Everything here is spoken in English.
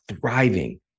thriving